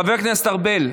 חבר הכנסת ארבל,